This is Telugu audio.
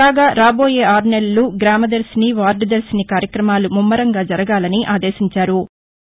కాగా రాబోయే ఆరు నెలలు గ్రామదర్శిని వార్డు దర్శిని కార్యక్రమాలు ముమ్మరంగా జరగాలని ఆదేశించారు